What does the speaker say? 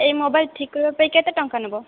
ଏହି ମୋବାଇଲ୍ ଠିକ୍ କରିବା ପାଇଁ କେତେ ଟଙ୍କା ନେବ